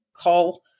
call